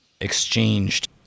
exchanged